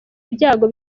ibyago